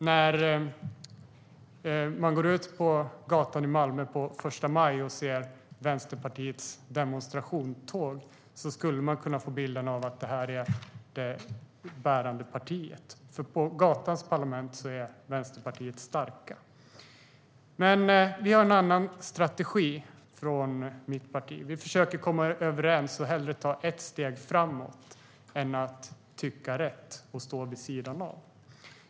När man går ut på gatan i Malmö på första maj och ser Vänsterpartiets demonstrationståg kan man få bilden av att det är det bärande partiet, för i gatans parlament är Vänsterpartiet starkt. Men vi har en annan strategi i mitt parti. Vi försöker komma överens och tar hellre ett steg framåt än tycker rätt och står vid sidan av.